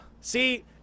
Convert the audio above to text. See